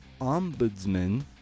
ombudsman